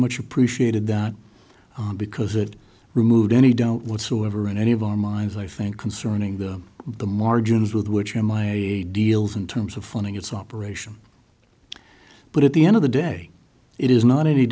much appreciated that because it removed any don't whatsoever in any of our minds i think concerning them the margins with which are my deals in terms of funding its operation but at the end of the day it is not any